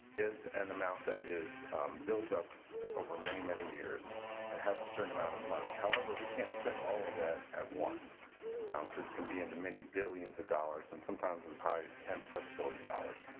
is an amount that is built up over many, many years and has a certain amount of money. however, we can't spend all of that at once because it can be in the many billions of dollars and sometimes as high as ten plus billion dollars.